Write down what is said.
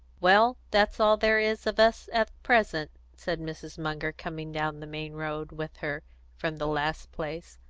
well, that's all there is of us at present, said mrs. munger, coming down the main road with her from the last place,